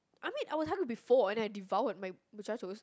I mean I was hungry before and I devoured my Muchachos